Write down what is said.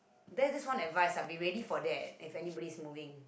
there this one advise I'll be ready for there as anybody moving